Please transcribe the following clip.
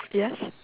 yes